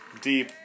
deep